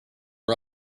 old